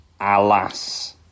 Alas